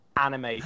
anime